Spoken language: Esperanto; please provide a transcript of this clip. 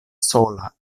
sola